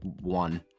one